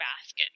basket